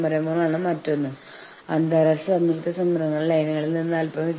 മദ്ധ്യസ്ഥൻ എന്നത് ഒരു അർദ്ധ ജുഡീഷ്യൽ പ്രക്രിയയാണ് അത് ഇരു കക്ഷികളെയും ബന്ധിപ്പിക്കുന്നു